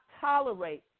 tolerate